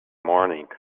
morning